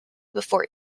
before